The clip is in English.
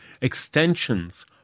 Extensions